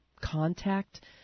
contact